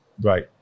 Right